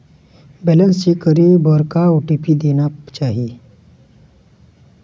Balance check करे बर का ओ.टी.पी देना चाही?